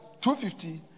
250